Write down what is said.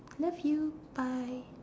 love you bye